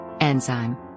enzyme